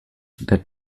that